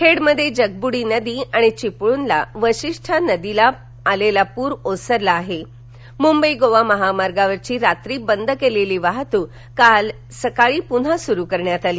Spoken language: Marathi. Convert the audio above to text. खेडमध्ये जगब्डी नदी आणि चिपळूणला वाशिष्ठी नदीला आलेला पूर ओसरला असून मुंबई गोवा महामार्गावरची रात्री बंद केलेली वाहतूक काल सकाळी सुरू करण्यात आली आहे